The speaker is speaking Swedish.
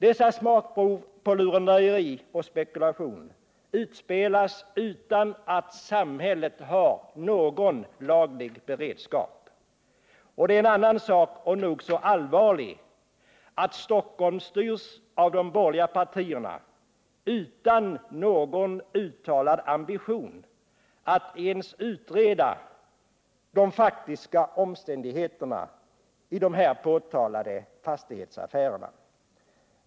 Dessa smakprov på lurendrejeri och spekulation utspelas utan att samhället har någon laglig beredskap. Det är en annan sak — nog så allvarlig — att Stockholm styrs av de borgerliga partierna utan någon uttalad ambition att ens utreda de faktiska omständigheterna i de här påtalade fastighetsaffärerna.